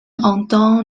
entend